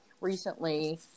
recently